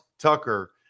Tucker